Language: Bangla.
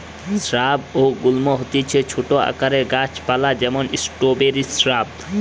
স্রাব বা গুল্ম হতিছে ছোট আকারের গাছ পালা যেমন স্ট্রওবেরি শ্রাব